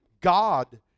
God